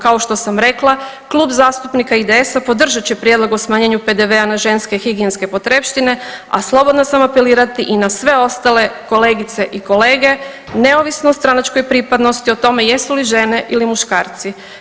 Kao što sam rekla, Klub zastupnika IDS-a podržat će prijedlog o smanjenju PDV-a na ženske higijenske potrepštine, a slobodna sam apelirati i na sve ostale kolegice i kolege neovisno o stranačkoj pripadnosti, o tome jesu li žene ili muškarci.